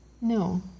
No